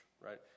right